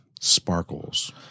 Sparkles